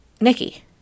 Nikki